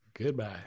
Goodbye